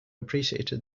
appreciated